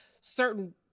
certain